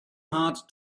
hard